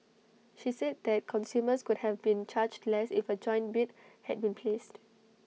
she said that consumers could have been charged less if A joint bid had been placed